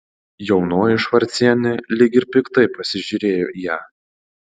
jaunoji švarcienė lyg ir piktai pasižiūrėjo į ją